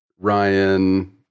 Ryan